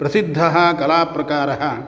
प्रसिद्धः कलाप्रकारः